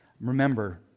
Remember